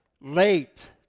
late